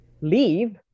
leave